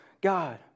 God